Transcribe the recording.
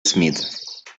smith